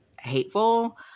hateful